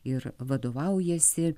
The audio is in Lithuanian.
ir vadovaujasi